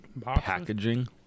packaging